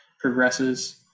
progresses